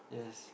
yes